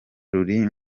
ruri